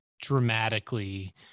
dramatically